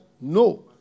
no